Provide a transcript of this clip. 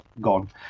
gone